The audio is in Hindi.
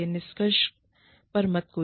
निष्कर्ष पर मत कूदो